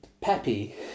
peppy